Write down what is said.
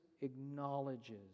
acknowledges